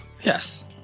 Yes